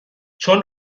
چون